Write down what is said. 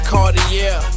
Cartier